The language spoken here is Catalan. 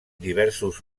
diversos